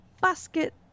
basket